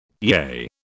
Yay